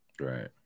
Right